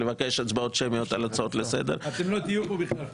לבקש הצבעות שמיות על הצעות לסדר --- אתם לא תהיו פה בכלל,